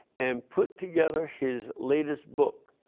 and put together his latest book,